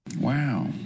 Wow